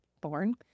born